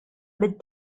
bid